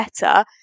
better